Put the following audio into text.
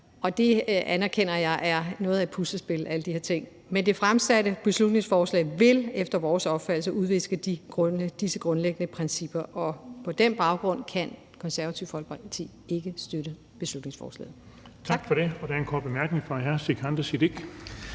at alle de her ting er noget af et puslespil, men det fremsatte beslutningsforslag vil efter vores opfattelse udviske disse grundlæggende principper, og på den baggrund kan Det Konservative Folkeparti ikke støtte beslutningsforslaget.